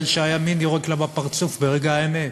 מגלה שהימין יורק לה בפרצוף ברגע האמת.